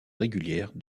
régulière